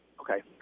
Okay